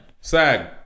SAG